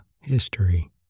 History